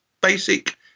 basic